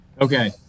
Okay